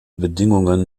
bedingungen